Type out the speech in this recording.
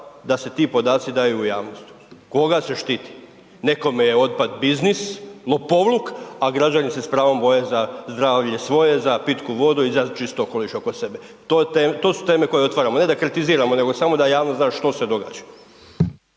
da se ti podaci daju u javnost. Koga se štiti? Nekome je otpad biznis, lopovluk, a građani se s pravom boje za zdravlje svoje, za pitku vodu i za čist okoliš oko sebe. To su teme koje otvaramo, ne da kritiziramo nego samo da javnost zna što se događa.